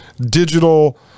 digital